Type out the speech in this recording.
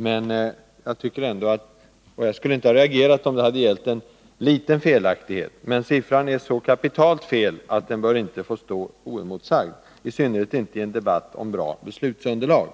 Men jag tycker ändå, eftersom siffran är så kapitalt fel — jag skulle inte ha reagerat om det hade 69 gällt en liten felaktighet — att den inte bör stå oemotsagd; i synnerhet inte i en debatt om bra beslutsunderlag.